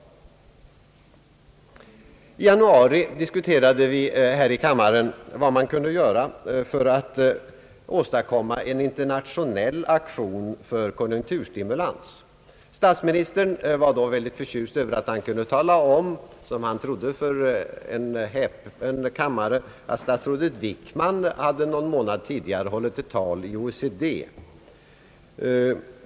I januari diskuterade vi här i kammaren vad man kunde göra för att åtadkomma en internationell aktion för konjunkturstimulans. Statsministern var då mycket förtjust över att han kunde tala om — som han trodde för en häpen kammare — att statsrådet Wickman någon månad tidigare hade hållit ett tal i OECD.